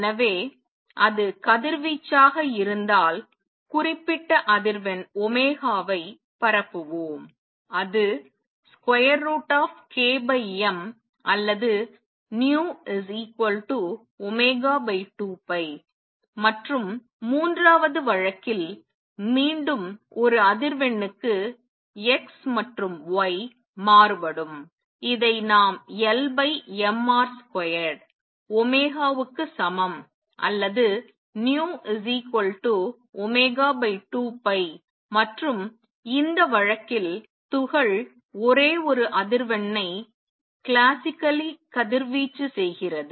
எனவே அது கதிர்வீச்சாக இருந்தால் குறிப்பிட்ட அதிர்வெண் வை பரப்புவோம் அது √ அல்லது ν2π மற்றும் மூன்றாவது வழக்கில் மீண்டும் ஒரு அதிர்வெண் க்கு x மற்றும் y மாறுபடும் இதை நாம் LmR2 க்கு சமம் அல்லது ν2πமற்றும் இந்த வழக்கில் துகள் ஒரே ஒரு அதிர்வெண்ணை கிளாசிக்கலி கதிர்வீச்சு செய்கிறது